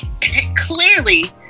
clearly